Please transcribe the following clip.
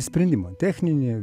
sprendimą techninį